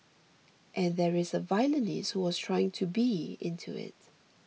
and there is a violinist who was trying to be into it